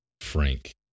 Frank